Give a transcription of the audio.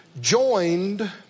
joined